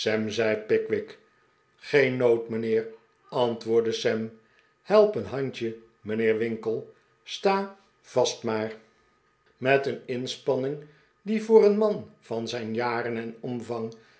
zei pickwick geen nood mijnheer antwoordde sam help een handje mijnheer winkle sta vast maar met een inspanning die voor een man van zijn jaren en omvang